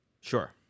Sure